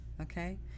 Okay